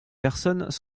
personnes